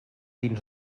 dins